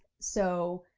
so,